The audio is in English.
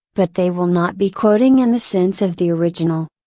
but they will not be quoting in the sense of the original.